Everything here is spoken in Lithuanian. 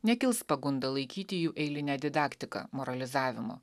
nekils pagunda laikyti jų eiline didaktika moralizavimu